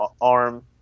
arm